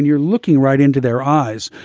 you're looking right into their eyes.